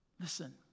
Listen